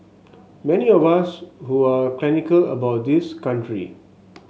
many of us who are about this country